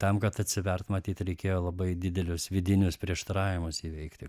tam kad atsivert matyt reikėjo labai didelius vidinius prieštaravimus įveikti